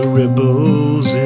ripples